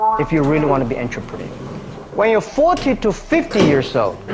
if you really want to be interpreted when you're forty to fifty years so